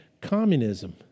communism